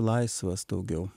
laisvas daugiau